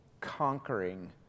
conquering